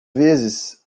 vezes